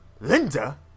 Linda